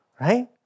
Right